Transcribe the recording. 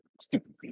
Stupid